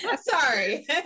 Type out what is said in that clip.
sorry